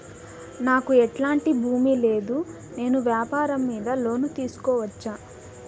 నాకు ఎట్లాంటి భూమి లేదు నేను వ్యాపారం మీద లోను తీసుకోవచ్చా?